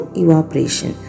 evaporation